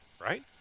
right